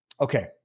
okay